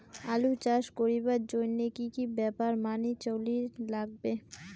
আলু চাষ করিবার জইন্যে কি কি ব্যাপার মানি চলির লাগবে?